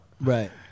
Right